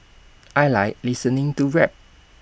I Like listening to rap